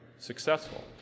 successful